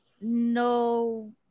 no